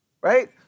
right